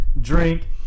drink